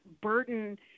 burden